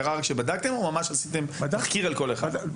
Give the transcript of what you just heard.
קרה רק כשבדקתם או ממש עשיתם תחקיר על כל אחד?